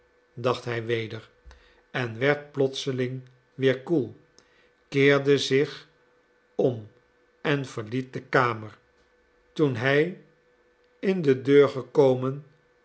dacht hij weder en werd plotseling weer koel keerde zich om en verliet de kamer toen hij in deur gekomen